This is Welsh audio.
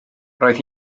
roedd